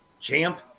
Champ